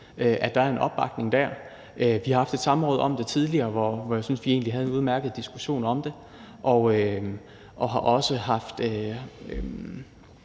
at der er en opbakning der. Vi har haft et samråd om det tidligere, hvor jeg synes vi egentlig havde en udmærket diskussion om det, og vi har også haft